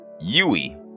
Yui